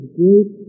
great